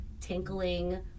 tinkling